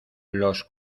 los